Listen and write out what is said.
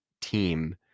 team